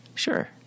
Sure